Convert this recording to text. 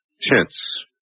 tense